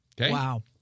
Wow